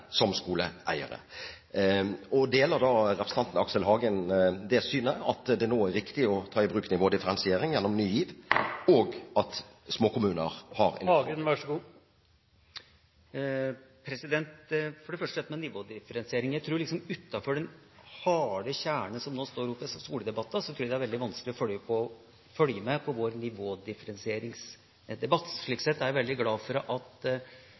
som skoleeiere. Deler representanten Aksel Hagen det synet at det nå er riktig å ta i bruk nivådifferensiering gjennom Ny GIV, og at småkommuner har en utfordring? For det første dette med nivådifferensiering: Utafor den harde kjerne, som står mot hverandre i disse skoledebattene, tror jeg det er veldig vanskelig å følge med på vår nivådifferensieringsdebatt. Slik sett er jeg veldig glad for at